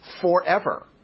forever